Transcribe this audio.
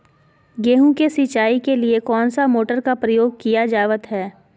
गेहूं के सिंचाई के लिए कौन सा मोटर का प्रयोग किया जावत है?